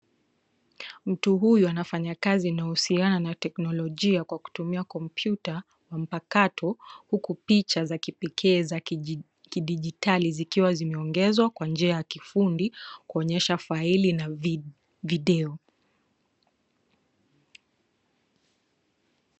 Mtu huyu anafanya kazi inahusiana na teknologia kwa kutumia kompyuta mpakato huku picha za kipekee za kidigitali zikiwa zimeongezwa kwa njia ya kifundi kuonyesha faili na video.